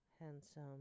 handsome